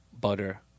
Butter